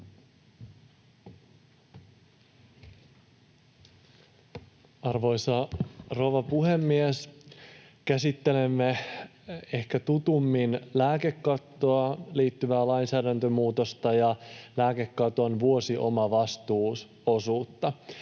Arvoisa rouva puhemies! Käsittelemme ehkä tutummin lääkekattoon liittyvää lainsäädäntömuutosta ja lääkekaton vuosiomavastuuosuutta.